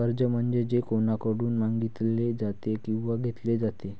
कर्ज म्हणजे जे कोणाकडून मागितले जाते किंवा घेतले जाते